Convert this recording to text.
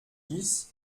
dix